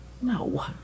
No